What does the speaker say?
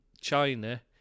china